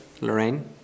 Lorraine